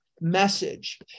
message